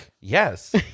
Yes